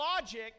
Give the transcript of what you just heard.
logic